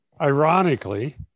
ironically